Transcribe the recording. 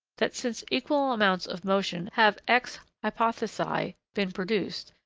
that since equal amounts of motion have, ex hypothesi, been produced,